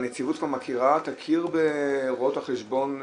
הנציבות כבר מכירה, תכיר ברואות החשבון,